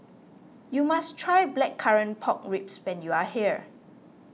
you must try Blackcurrant Pork Ribs when you are here